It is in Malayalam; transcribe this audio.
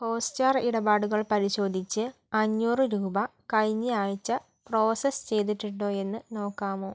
ഹോട്ട്സ്റ്റാർ ഇടപാടുകൾ പരിശോധിച്ച് അഞ്ഞൂറ് രൂപ കഴിഞ്ഞ ആഴ്ച പ്രോസസ് ചെയ്തിട്ടുണ്ടോ എന്ന് നോക്കാമോ